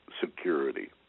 security